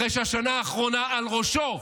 אחרי שהשנה האחרונה, על ראשו,